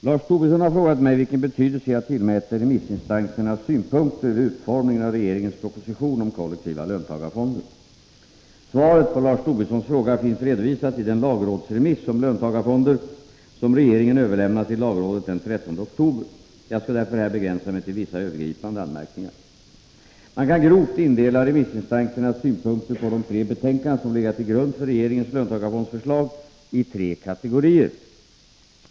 Herr talman! Lars Tobisson har frågat mig vilken betydelse jag tillmäter remissinstansernas synpunkter vid utformningen av regeringens proposition om kollektiva löntagarfonder. Svaret på Lars Tobissons fråga finns redovisat i den lagrådsremiss om löntagarfonder som regeringen överlämnade till lagrådet den 13 oktober. Jag skall därför här begränsa mig till vissa övergripande anmärkningar. Man kan grovt indela remissinstansernas synpunkter på de tre betänkanden som legat till grund för regeringens löntagarfondsförslag i tre kategorier.